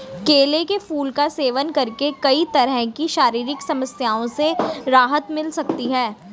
केले के फूल का सेवन करके कई तरह की शारीरिक समस्याओं से राहत मिल सकती है